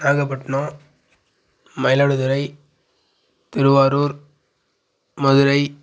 Nagapattinam Mayiladuthurai Thiruvarur Madurai